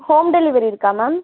home delivery இருக்கா ma'am